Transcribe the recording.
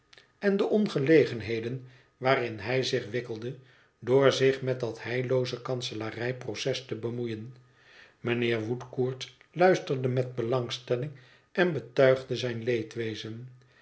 en de ongelegenheden waarin hij zich wikkelde door zich met dat heillooze kanselarij proces te bemoeien mijnheer woodcourt luisterde met belangstelling en betuigde zijn